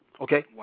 Okay